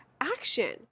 action